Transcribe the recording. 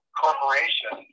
corporation